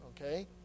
okay